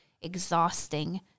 exhausting